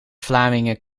vlamingen